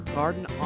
garden